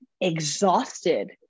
exhausted